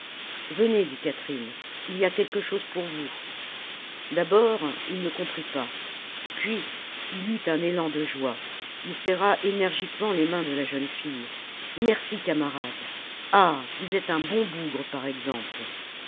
venez dit catherine il y a quelque chose pour vous d'abord il ne comprit pas puis il eut un élan de joie il serra énergiquement les mains de la jeune fille merci camarade ah vous êtes un bon bougre par exemple